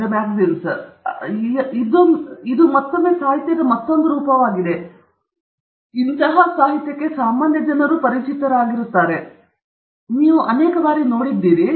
ಆದ್ದರಿಂದ ಇದು ಮತ್ತೊಮ್ಮೆ ಸಾಹಿತ್ಯದ ಮತ್ತೊಂದು ರೂಪವಾಗಿದೆ ನೀವು ಬಹುಶಃ ಪರಿಚಿತವಾಗಿರುವಿರಿ ಮತ್ತು ನೀವು ಅನೇಕ ಬಾರಿ ನೋಡಿದ್ದೀರಿ